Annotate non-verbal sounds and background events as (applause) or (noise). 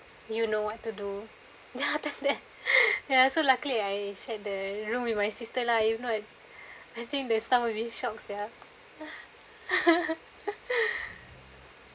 you know what to do then (laughs) after that ya so luckily I shared the room with my sister lah if not I think the staff will be shocked sia (laughs)